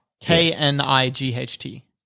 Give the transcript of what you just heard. K-N-I-G-H-T